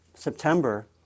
September